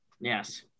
Yes